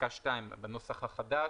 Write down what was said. פסקה (2), בנוסח החדש